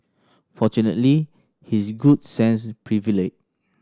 fortunately his good sense prevailed